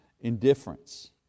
indifference